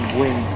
win